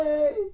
Hey